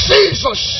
Jesus